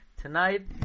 Tonight